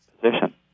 position